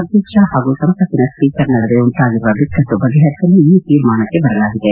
ಅಧ್ಯಕ್ಷ ಹಾಗೂ ಸಂಸತ್ತಿನ ಸ್ವೀಕರ್ ನಡುವಿನ ಉಂಟಾಗಿರುವ ಬಿಕ್ಕಟ್ಟು ಬಗೆಹರಿಸಲು ಈ ತೀರ್ಮಾನಕ್ಕೆ ಬರಲಾಗಿದೆ